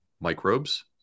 microbes